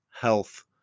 health